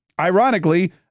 Ironically